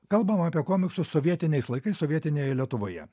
kalbam apie komiksus sovietiniais laikais sovietinėje lietuvoje